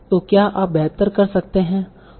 तो क्या आप बेहतर कर सकते हैं